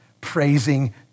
praising